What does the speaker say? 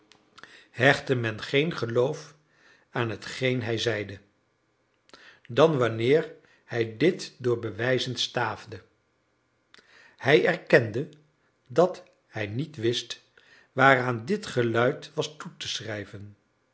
hechtte men geen geloof aan hetgeen hij zeide dan wanneer hij dit door bewijzen staafde hij erkende dat hij niet wist waaraan dit geluid was toe te schrijven later